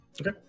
Okay